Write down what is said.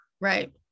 Right